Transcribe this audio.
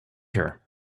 her